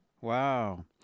Wow